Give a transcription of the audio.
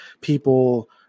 people